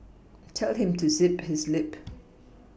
tell him to zip his lip